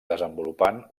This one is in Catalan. desenvolupant